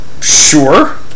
Sure